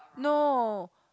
no